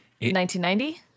1990